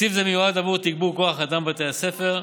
תקציב זה מיועד לתגבור כוח אדם בבתי הספר,